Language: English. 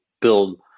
build